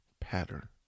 pattern